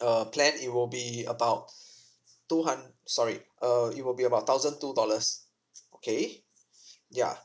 uh plan it will be about two hun~ sorry uh it will be about thousand two dollars okay yeah